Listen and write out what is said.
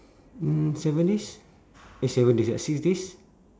mm seven days eh seven days uh six days